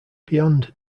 beyond